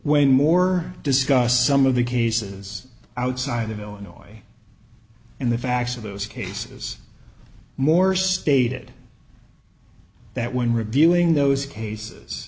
when more discussed some of the cases outside of illinois in the facts of those cases more stated that when reviewing those cases